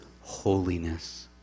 holiness